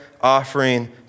offering